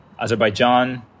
azerbaijan